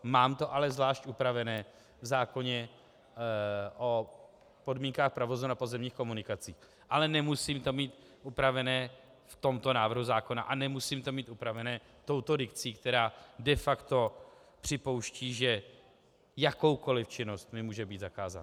Mám to ale zvlášť upravené v zákoně o podmínkách provozu na pozemních komunikacích, ale nemusím to mít upravené v tomto návrhu zákona a nemusím to mít upravené touto dikcí, která de facto připouští, že jakákoliv činnost mi může být zakázána.